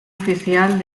oficial